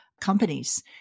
companies